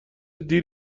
دیر